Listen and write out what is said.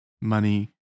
money